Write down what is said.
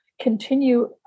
continue